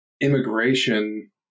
immigration